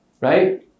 right